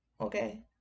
okay